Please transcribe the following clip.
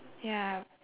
ya